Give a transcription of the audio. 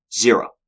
Zero